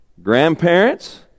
grandparents